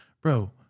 Bro